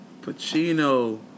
Pacino